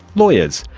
lawyers,